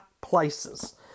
places